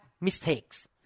mistakes